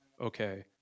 okay